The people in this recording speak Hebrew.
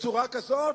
בצורה כזאת?